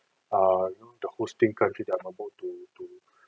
err you know the hosting country that I'm about to to